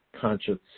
conscience